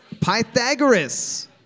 Pythagoras